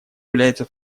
является